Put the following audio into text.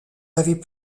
avait